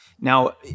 Now